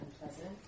unpleasant